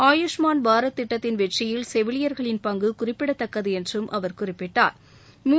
ஆயுஸ்மான் பாரத் திட்டத்தின் வெற்றியில் செவிலியர்களின் பங்கு குறிப்பிடத்தக்கது என்றும் அவர் குறிப்பிட்டா்